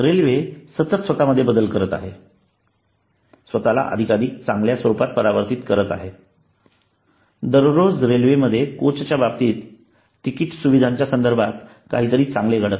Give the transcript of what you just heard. railway सतत स्वतमध्ये बदल करत आहे स्वतःला अधिकाधिक चांगल्या स्वरूपात परावर्तित करत आहे दररोज रेल्वेमध्ये कोचच्या बाबतीततिकीट सुविधांच्या संदर्भात काहीतरी चांगले घडत आहे